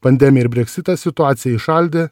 pandemija ir breksitas situaciją įšaldė